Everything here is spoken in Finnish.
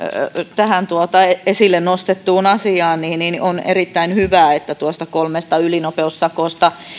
tähän esille nostettuun asiaan on erittäin hyvä että tuosta kolmesta ylinopeussakosta